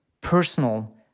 personal